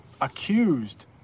accused